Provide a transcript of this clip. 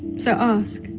so ask